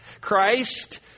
Christ